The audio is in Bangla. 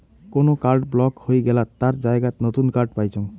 কোন কার্ড ব্লক হই গেলাত তার জায়গাত নতুন কার্ড পাইচুঙ